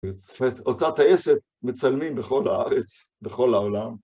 זאת אומרת, אותה טייסת מצלמים בכל הארץ, בכל העולם.